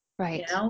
Right